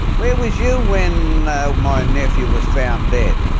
where was you when my and nephew was found dead?